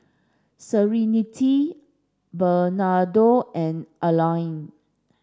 Serenity Bernardo and Allene